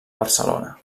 barcelona